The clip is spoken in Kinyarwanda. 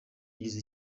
yagize